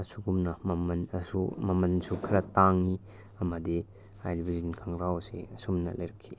ꯑꯁꯨꯒꯨꯝꯅ ꯃꯃꯟꯁꯨ ꯈꯔ ꯇꯥꯡꯏ ꯑꯃꯗꯤ ꯍꯥꯏꯔꯤꯕ ꯖꯤꯟ ꯈꯣꯡꯒ꯭ꯔꯥꯎ ꯑꯁꯤ ꯑꯁꯨꯝꯅ ꯂꯩꯔꯛꯈꯤ